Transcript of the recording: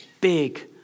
big